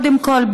קודם כול,